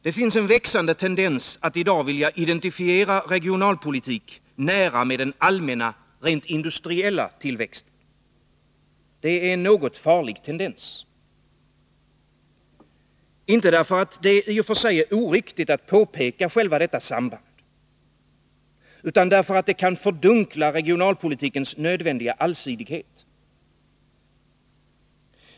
Det finns en växande tendens att i dag vilja identifiera regionalpolitik nära med den allmänna industriella tillväxten. Det är en något farlig tendens. Inte därför att det i och för sig är oriktigt att påpeka detta samband utan därför att det kan fördunkla regionalpolitikens nödvändiga allsidighet.